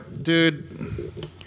Dude